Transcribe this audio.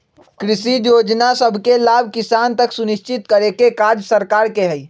कृषि जोजना सभके लाभ किसान तक सुनिश्चित करेके काज सरकार के हइ